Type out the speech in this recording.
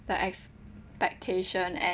that expectation and